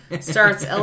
starts